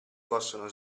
possono